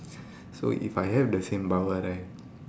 so if I have the same power right